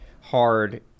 Hard